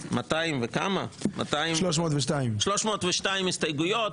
הגישה 302 הסתייגויות,